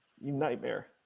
Nightmare